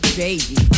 baby